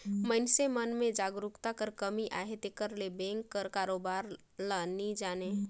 मइनसे मन में जागरूकता कर कमी अहे तेकर ले बेंक कर कारोबार ल नी जानें